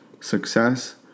success